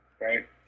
Right